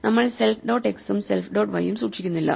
നമ്മൾ self dot x ഉം self dot വൈയും സൂക്ഷിക്കുന്നില്ല